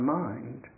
mind